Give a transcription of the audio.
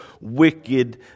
wicked